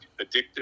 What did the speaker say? addictive